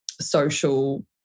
social